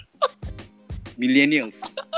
Millennials